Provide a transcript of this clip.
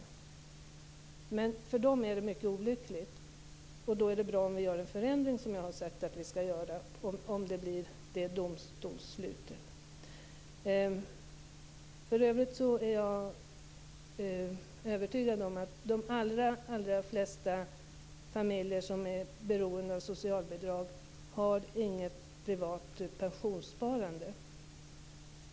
Men för dem som det har drabbat är det mycket olyckligt, och då är det bra om vi gör en förändring, som jag har sagt att vi skall göra om det blir ett sådant domslut. Jag är övertygad om att de allra flesta familjer som är beroende av socialbidrag inte har något privat pensionssparande.